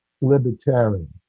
libertarian